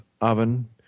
oven